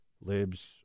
libs